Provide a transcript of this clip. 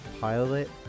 Pilot